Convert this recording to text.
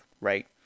right